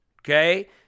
Okay